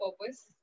purpose